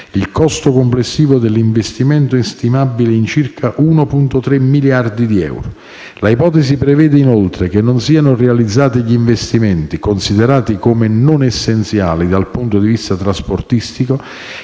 il costo complessivo dell'investimento è stimabile in circa 1,3 miliardi di euro. L'ipotesi prevede inoltre che non siano realizzati gli investimenti, considerati come non essenziali dal punto di vista trasportistico